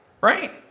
right